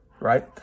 Right